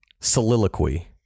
Soliloquy